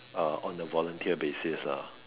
uh on a volunteer basis lah